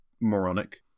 moronic